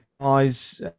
guys